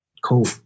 Cool